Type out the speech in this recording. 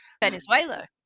Venezuela